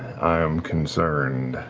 i am concerned.